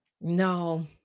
No